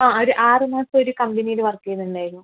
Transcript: ആ ഒരു ആറു മാസം ഒരു കമ്പനിയിൽ വർക്ക് ചെയ്തിട്ടുണ്ടായിരുന്നു